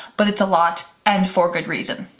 but it's a lot. and for good reason.